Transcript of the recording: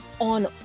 on